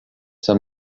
some